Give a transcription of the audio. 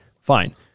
Fine